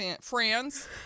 friends